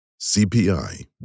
CPI